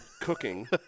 cooking